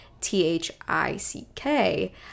T-H-I-C-K